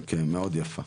מאוד יפה.